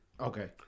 Okay